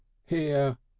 here!